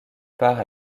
part